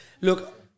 Look